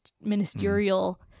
ministerial